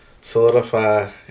solidify